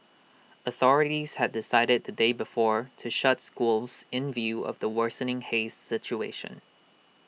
authorities had decided the day before to shut schools in view of the worsening haze situation